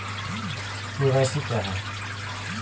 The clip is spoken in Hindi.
के.वाई.सी क्या है?